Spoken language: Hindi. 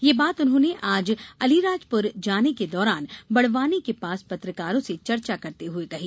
यह बात उन्होंने आज अलिराजपुर जाने के दौरान बड़वानी के पास पत्रकारों से चर्चा करते हुए कही